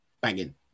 banging